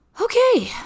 Okay